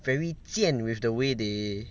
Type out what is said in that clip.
very 贱 with the way they